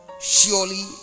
Surely